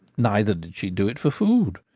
neither did she do it for food.